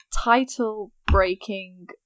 title-breaking